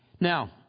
Now